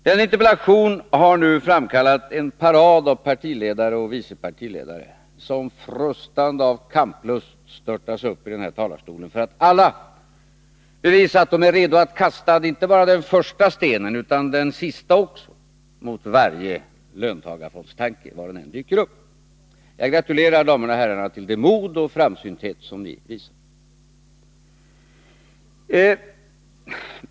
Denna interpellation har nu framkallat en parad av partiledare och vice partiledare, som frustande av kamplust störtar sig uppi talarstolen för att alla bevisa att de är redo att kasta inte bara den första stenen utan den sista också mot varje löntagarfondstanke, var den än dyker upp. Jag gratulerar damerna och herrarna till det mod och den framsynthet som ni visar.